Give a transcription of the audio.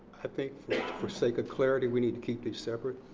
for sake of clarity, we need to keep these separate,